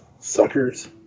Suckers